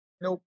Nope